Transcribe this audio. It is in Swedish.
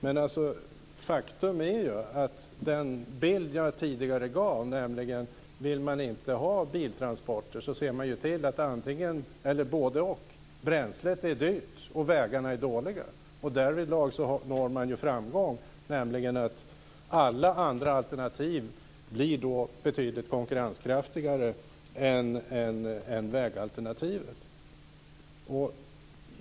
Men faktum är den bild jag tidigare gav, nämligen att vill man inte ha biltransporter ser man till att både bränslet är dyrt och vägarna är dåliga. Därvid når man framgång, för alla andra alternativ blir då betydligt konkurrenskraftigare än vägalternativet.